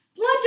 Blood